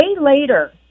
later